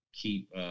keep